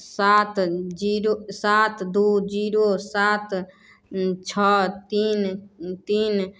सात जीरो सात दू जीरो सात छओ तीन तीन